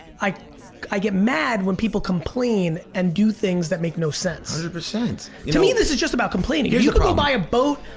i i get mad when people complain and do things that make no sense. hundred percent. to me this is just about complaining yeah you could go buy a boat,